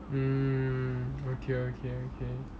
mm okay okay okay